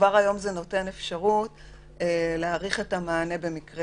כבר היום זה נותן אפשרות להאריך את המענה במקרה